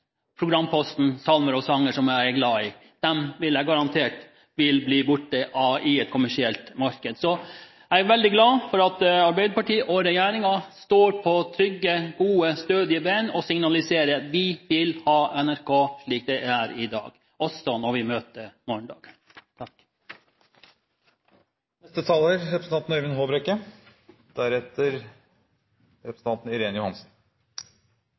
sanger vi er glad i. Slike vil garantert bli borte i et kommersielt marked. Så jeg er veldig glad for at Arbeiderpartiet og regjeringen står på trygge, gode, stødige ben og signaliserer: Vi vil ha NRK slik det er i dag – også når vi møter morgendagen.